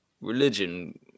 religion